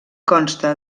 consta